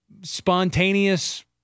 spontaneous